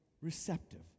receptive